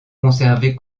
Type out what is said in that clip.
conservés